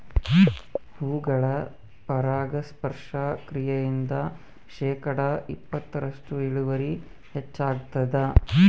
ಹೂಗಳ ಪರಾಗಸ್ಪರ್ಶ ಕ್ರಿಯೆಯಿಂದ ಶೇಕಡಾ ಇಪ್ಪತ್ತರಷ್ಟು ಇಳುವರಿ ಹೆಚ್ಚಾಗ್ತದ